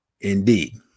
Indeed